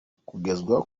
kugezwa